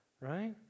right